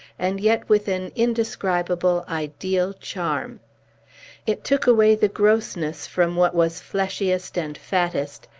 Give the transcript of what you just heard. and yet with an indescribable, ideal charm it took away the grossness from what was fleshiest and fattest,